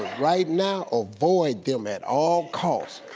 right now, avoid them at all cost.